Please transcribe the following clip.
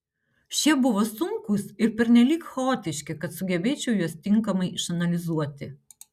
šie buvo sunkūs ir pernelyg chaotiški kad sugebėčiau juos tinkamai išanalizuoti